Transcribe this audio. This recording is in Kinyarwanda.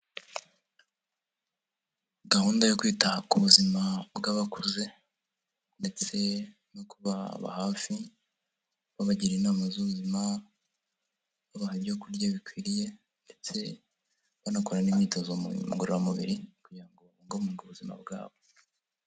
Gahunda yo kwita ku buzima bw'abakuze ndetse no kubaba hafi ,babagira inama z'ubuzima babaha ibyokurya bikwiriye ndetse banakorana n'imyitozo ngororamubiri kugira ngo babungabunge ubuzima bwabo.